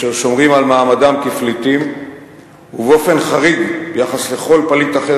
אשר שומרים על מעמדם כפליטים ובאופן חריג ביחס לכל פליט אחר